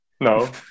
No